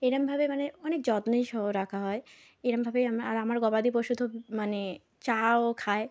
এরকমভাবে মানে অনেক যত্নসহ রাখা হয় এরকমভাবে আর আমার গবাদি পশু তো মানে চা ও খায়